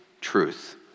truth